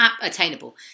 attainable